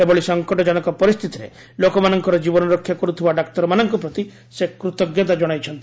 ଏଭଳି ସଙ୍କଟଜନକ ପରିସ୍ଥିତିରେ ଲୋକମାନଙ୍କର ଜୀବନ ରକ୍ଷା କର୍ତ୍ତବା ଡାକ୍ତରମାନଙ୍କ ପ୍ରତି ସେ କୃତଜ୍ଞତା ଜଣାଇଛନ୍ତି